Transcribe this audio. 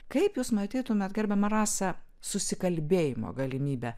kaip jūs matytumėt gerbiama rasa susikalbėjimo galimybę